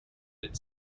its